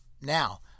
Now